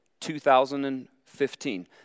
2015